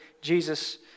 Jesus